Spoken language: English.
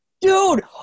Dude